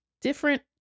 different